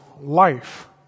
life